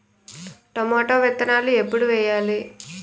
Tomato విత్తనాలు ఎప్పుడు వెయ్యాలి?